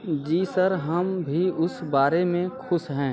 जी sir हम भी उस बारे में खुश हैं